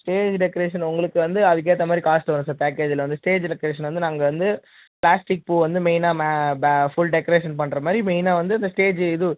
stage decoration உங்களுக்கு வந்து அதுக்கு ஏற்ற மாதிரி காஸ்டு வரும் சார் பேக்கேஜ்ஜில் வந்து ஸ்டேஜ் டெக்கரேஷன் வந்து நாங்கள் வந்து பிளாஸ்டிக் பூ வந்து மெயினாக ஃபுல் டெக்ரேஷன் பண்ணுற மாதிரி மெயினாக வந்து இந்த ஸ்டேஜ் இது